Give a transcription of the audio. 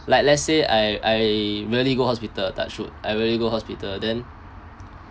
like let's say I I really go hospital touch wood I really go hospital then